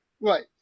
Right